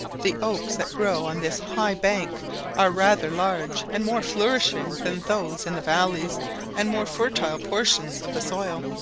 the oaks that grow on this high bank are rather larger and more flourishing than those in the valleys and more fertile portions of the soil.